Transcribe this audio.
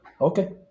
Okay